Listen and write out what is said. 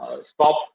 stop